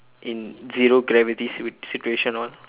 in zero gravity situ~ situation all